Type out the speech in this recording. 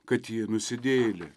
kad ji nusidėjėlė